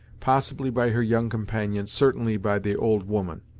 possibly by her young companion, certainly by the old woman.